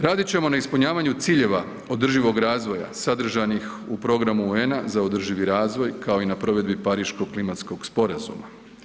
Radit ćemo na ispunjavanju ciljeva održivog razvoja sadržanih u programu UN-a za održivi razvoj, kao i na provedbi Pariško klimatskog sporazuma.